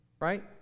right